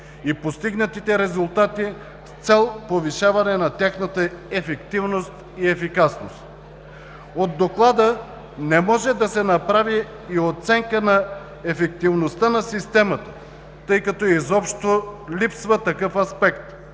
и постигнатите резултати с цел повишаване на тяхната ефективност и ефикасност. От Доклада не може да се направи и оценка на ефективността на Системата, тъй като изобщо липсва такъв аспект.